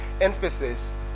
emphasis